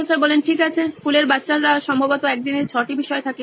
professor ঠিক আছে স্কুলের বাচ্চার সম্ভবত একদিনে 6 টি বিষয় থাকে